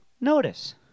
notice